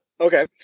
Okay